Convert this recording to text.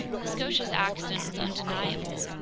the scotia's accident was undeniable.